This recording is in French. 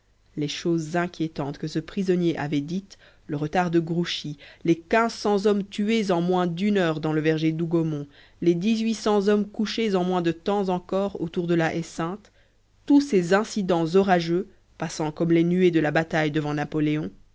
les choses inquiétantes que ce prisonnier avait dites le retard de grouchy les quinze cents hommes tués en moins d'une heure dans le verger d'hougomont les dix-huit cents hommes couchés en moins de temps encore autour de la haie sainte tous ces incidents orageux passant comme les nuées de la bataille devant napoléon